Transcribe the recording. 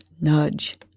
nudge